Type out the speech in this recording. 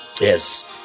yes